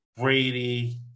Brady